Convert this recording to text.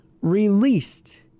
released